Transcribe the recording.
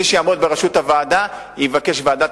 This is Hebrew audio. מי שיעמוד בראשות הוועדה יבקש ועדת